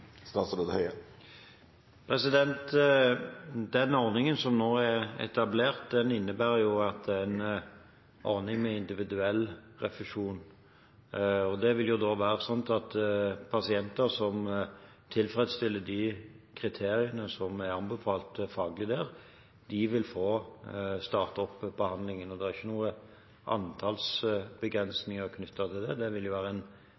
ordningen som nå er etablert, innebærer at det er en ordning med individuell refusjon. Da er det slik at pasienter som tilfredsstiller de kriteriene som er anbefalt faglig, vil få starte opp behandlingen. Det er ikke noen antallsbegrensninger knyttet til det. Det vil være en